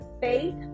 faith